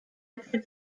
per